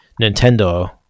Nintendo